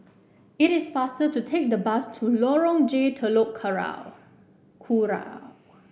it is faster to take the bus to Lorong J Telok Kurau